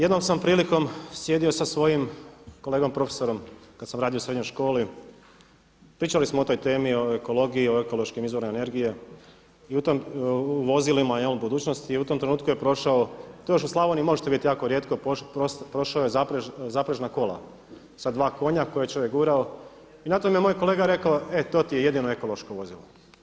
Jednom sam prilikom sjedio sa svojim kolegom profesorom kada sam radio u srednjoj školi, pričali smo o toj temi o ekologiji, o ekološkim izvorima energije i u tom, vozilima budućnosti i u tom trenutku je prošao, to još u Slavoniji možete vidjeti jako rijetko, prošla su zaprežna kola sa dva konja koja je čovjek gurao i na tome je moj kolega rekao e to ti je jedino ekološko vozilo.